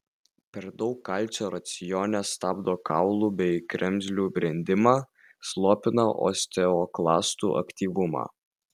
per daug kalcio racione stabdo kaulų bei kremzlių brendimą slopina osteoklastų aktyvumą